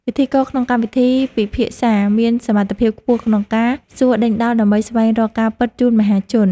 ពិធីករក្នុងកម្មវិធីពិភាក្សាមានសមត្ថភាពខ្ពស់ក្នុងការសួរដេញដោល ដើម្បីស្វែងរកការពិតជូនមហាជន។